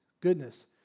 goodness